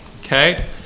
Okay